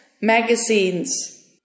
magazines